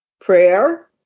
Prayer